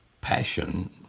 passion